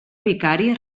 vicari